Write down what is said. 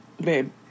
babe